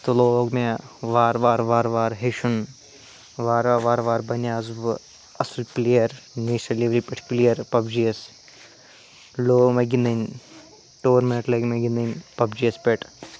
تہٕ لوگ مےٚ وارٕ وارٕ وارٕ وارٕ ہیٚچھُن وارٕ وارٕ وارٕ وارٕ بناوُس بہٕ اَصٕل پُلیر نیٚشنَل لیولہِ پٮ۪ٹھ پُلیر پَب جی یَس لوگ مےٚ گِنٛدٕنۍ ٹیٛورمٮ۪نٛٹ لٲگۍ مےٚ گِنٛدٕنۍ پَب جی یَس پٮ۪ٹھ